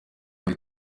bari